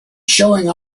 showing